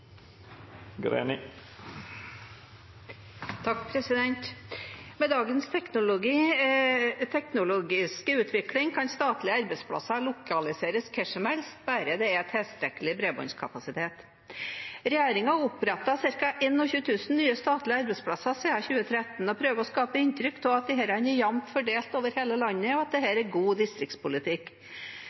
Med dagens teknologiske utvikling kan statlige arbeidsplasser lokaliseres hvor som helst, bare det er tilstrekkelig bredbåndskapasitet. Regjeringen har opprettet ca. 21 000 nye statlige arbeidsplasser siden 2013 og prøver å skape inntrykk av at disse er jevnt fordelt over hele landet, og at dette er god distriktspolitikk.